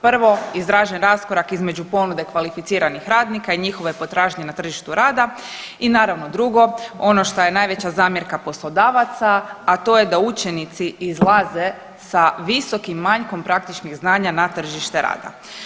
Prvo izražen raskorak između ponude kvalificiranih radnika i njihove potražnje na tržištu rada i naravno drugo ono šta je najveća zamjerka poslodavaca, a to je da učenici izlaze sa visokim manjkom praktičnih znanja na tržište rada.